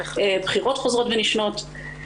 בחירות חוזרות ונשנות.